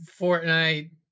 Fortnite